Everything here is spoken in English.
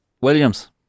Williams